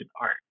art